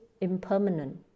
impermanent